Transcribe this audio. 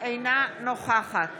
אינה נוכחת